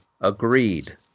agreed